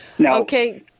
Okay